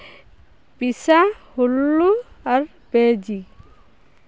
ᱯᱤᱥᱟ ᱦᱩᱞᱞᱩ ᱟᱨ ᱵᱮᱭᱡᱤᱝ